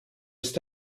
ist